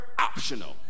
optional